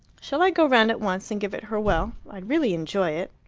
shall i go round at once and give it her well? i'd really enjoy it.